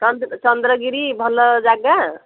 ଚନ୍ଦ୍ରଗିରି ଭଲ ଜାଗା